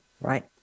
right